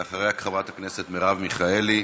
אחריה, חברי הכנסת מרב מיכאלי,